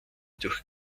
durch